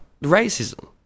racism